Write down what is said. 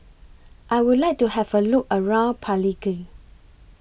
I Would like to Have A Look around Palikir